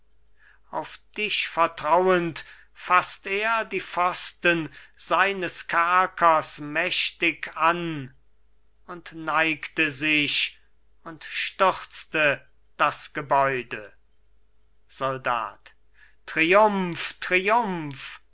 auf dich vertrauend faßt er die pfosten seines kerkers mächtig an und neigte sich und stürzte das gebäude soldat triumph triumph